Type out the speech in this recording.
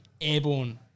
airborne